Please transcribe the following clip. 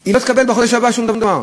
היא לא תקבל בחודש הבא שום דבר.